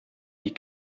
die